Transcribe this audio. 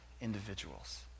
individuals